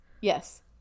Yes